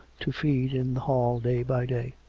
to feed in the hall day by day,